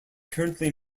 currently